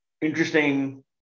interesting